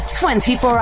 24